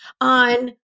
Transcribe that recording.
on